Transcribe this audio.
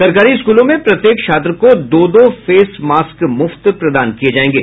सरकारी स्कूलों में प्रत्येक छात्र को दो दो फेस मास्क मुफ्त प्रदान किए जाएंगे